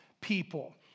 people